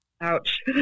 Ouch